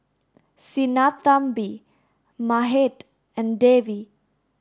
Sinnathamby Mahade and Devi